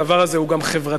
הדבר הזה הוא גם חברתי,